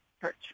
church